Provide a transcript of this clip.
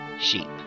sheep